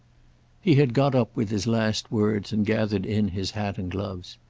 he had got up with his last words and gathered in his hat and gloves.